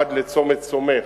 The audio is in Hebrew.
עד לצומת סומך,